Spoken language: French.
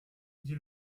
dit